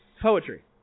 Poetry